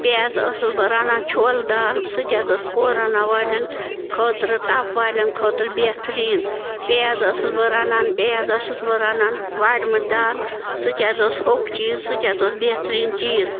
بیٚیہِ حظ ٲسٕس بہٕ رَنان چھولہٕ دال سُہ تہِ حظ اوس کورانا والٮ۪ن خٲطرٕ تپھ والٮ۪ن خٲطرٕ بہتریٖن بیٚیہِ حظ ٲسٕس بہٕ رَنان بیٚیہِ حظ ٲسٕس بہٕ رَنان وارِمُٹھ دال سُہ تہِ حظ اوس ہوٚکھ چیٖز سُہ تہِ حظ اوس بہتریٖن چیٖز